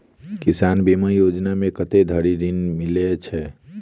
किसान बीमा योजना मे कत्ते धरि ऋण मिलय छै?